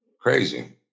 Crazy